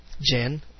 Jen